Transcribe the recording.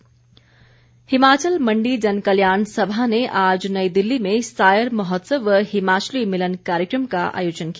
महोत्सव हिमाचल मण्डी जनकल्याण सभा ने आज नई दिल्ली में सायर महोत्सव व हिमाचली मिलन कार्यक्रम का आयोजन किया